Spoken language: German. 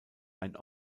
ein